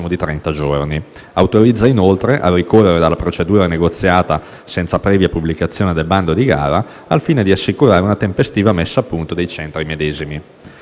di trenta giorni. Autorizza, inoltre, a ricorrere alla procedura negoziata senza previa pubblicazione del bando di gara, al fine di assicurare una tempestiva messa a punto dei centri medesimi.